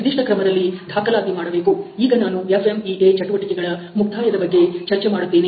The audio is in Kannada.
ನಿರ್ದಿಷ್ಟ ಕ್ರಮದಲ್ಲಿ ದಾಖಲಾತಿ ಮಾಡಬೇಕು ಈಗ ನಾನು FMEA ಚಟುವಟಿಕೆಗಳ ಮುಕ್ತಾಯದ ಬಗ್ಗೆ ಚರ್ಚೆ ಮಾಡುತ್ತೇನೆ